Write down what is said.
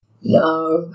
No